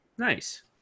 Nice